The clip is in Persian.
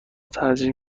ترجیح